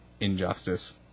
Injustice